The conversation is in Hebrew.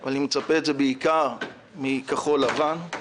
אבל אני מצפה לזה מכחול לבן,